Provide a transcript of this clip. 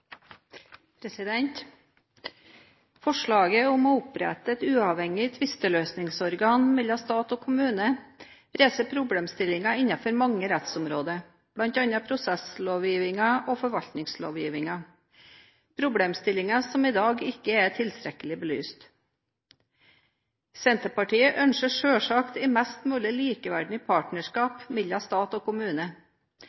problematikken. Forslaget om å opprette et uavhengig tvisteløsningsorgan mellom stat og kommune reiser problemstillinger innenfor mange rettsområder, bl.a. prosesslovgivningen og forvaltningslovgivningen – problemstillinger som i dag ikke er tilstrekkelig belyst. Senterpartiet ønsker selvsagt et mest mulig